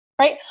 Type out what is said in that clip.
right